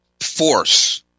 force